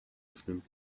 öffnen